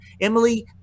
Emily